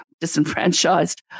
disenfranchised